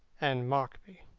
and markby.